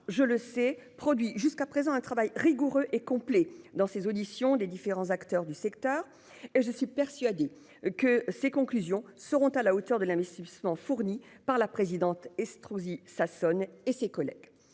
je le sais produit jusqu'à présent un travail rigoureux et complets dans ces auditions des différents acteurs du secteur et je suis persuadé que ses conclusions seront à la hauteur de l'investissement fournis par la présidente Estrosi Sassone et ses collègues